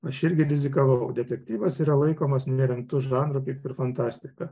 aš irgi rizikavau detektyvas yra laikomas nerimtu žanru kaip ir fantastika